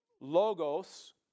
logos